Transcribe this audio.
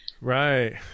Right